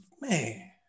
Man